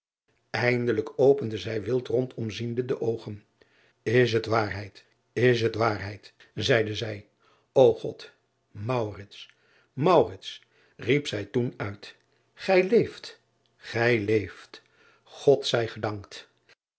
indelijk opende zij wild rondom ziende de oogen s het waarheid is het waarheid zeide gij o od riep zij toen uit gij leeft gij leeft od zij gedankt